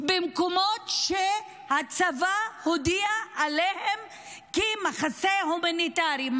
במקומות שהצבא הודיע עליהם כמחסה הומניטרי,